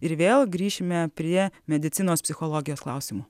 ir vėl grįšime prie medicinos psichologijos klausimų